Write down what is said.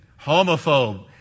homophobe